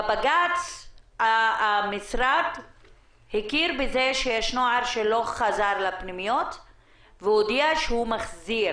בבג"צ המשרד הכיר בזה שיש נוער שלא חזר לפנימיות והוא הודיע שהוא מחזיר